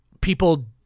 people